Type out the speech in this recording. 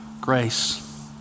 grace